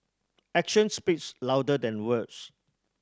action speaks louder than words